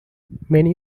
many